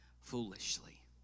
foolishly